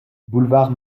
boulevard